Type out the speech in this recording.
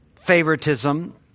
favoritism